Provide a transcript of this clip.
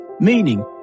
meaning